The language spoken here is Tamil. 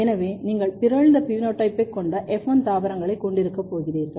எனவே நீங்கள் பிறழ்ந்த பினோடைப்பைக் கொண்ட எஃப் 1 தாவரங்களைக் கொண்டிருக்கப் போகிறீர்கள்